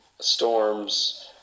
storms